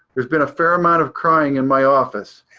there's been a fair amount of crying in my office.